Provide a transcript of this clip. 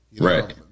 Right